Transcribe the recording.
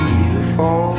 beautiful